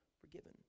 forgiven